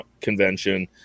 convention